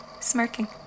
smirking